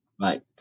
Right